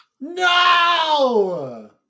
No